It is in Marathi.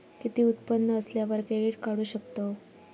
किती उत्पन्न असल्यावर क्रेडीट काढू शकतव?